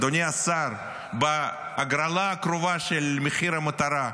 אדוני שר, בהגרלה הקרובה של מחיר מטרה,